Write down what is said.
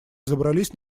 забрались